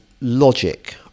logic